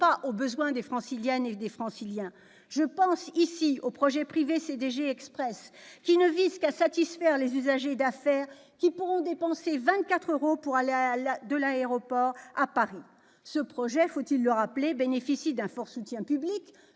pas aux besoins des Franciliennes et des Franciliens. Je pense ici au projet privé CDG Express, qui ne vise qu'à satisfaire les usagers d'affaires qui pourront dépenser 24 euros pour aller de l'aéroport à Paris. Ce projet, qui bénéficie d'un fort soutien public-